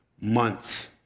Months